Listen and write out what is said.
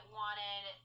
wanted